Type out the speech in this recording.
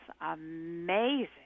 amazing